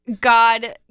God